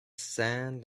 sand